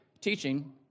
teaching